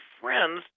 friends